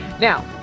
Now